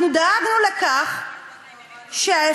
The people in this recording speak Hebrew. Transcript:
אנחנו דאגנו לכך שההפרשים,